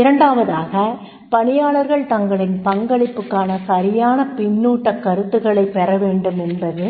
இரண்டாவதாக பணியாளர்கள் தங்களின் பங்களிப்புக்கான சரியான பின்னூட்டக் கருத்துக்களைப் பெறவேண்டுமென்பது